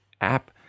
App